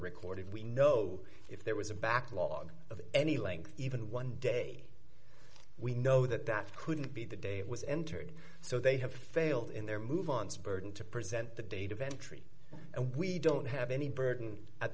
recorded we know if there was a backlog of any length even one day we know that that couldn't be the day it was entered so they have failed in their movements burton to present the date of entry and we don't have any burden at